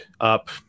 up